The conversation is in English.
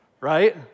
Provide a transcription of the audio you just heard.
right